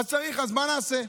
וצריך, אז מה נעשה?